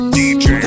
dj